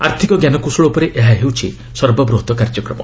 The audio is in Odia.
ଆର୍ଥିକ ଜ୍ଞାନକୌଶଳ ଉପରେ ଏହା ହେଉଛି ସର୍ବବୃହତ କାର୍ଯ୍ୟକ୍ରମ